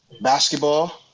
basketball